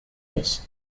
this